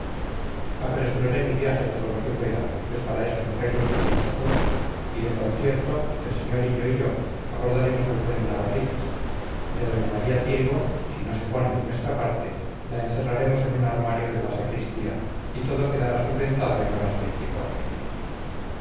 bendigo apresuraré mi viaje todo lo que pueda pues para esos arreglos me pinto solo y de concierto el sr hillo y yo abordaremos al buen navarridas y a doña maría tirgo si no se pone de nuestra parte la encerraremos en un armario de la sacristía y todo quedará solventado en horas veinticuatro